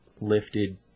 lifted